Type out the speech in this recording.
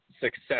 success